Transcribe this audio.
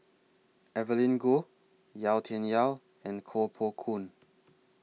Evelyn Goh Yau Tian Yau and Koh Poh Koon